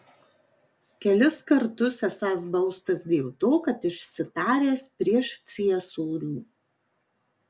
kelis kartus esąs baustas dėl to kad išsitaręs prieš ciesorių